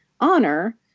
honor